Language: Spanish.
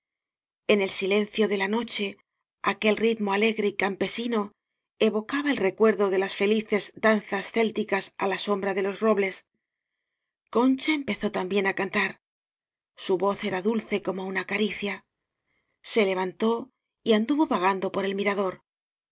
en el silencio de la noche aquel ritmo alegre y campesino evocaba el recuerj do de las felices danzas célticas á la sombra de los robles concha empezó también á can tar su voz era dulce como una caricia se levantó y anduvo vagando por el miiador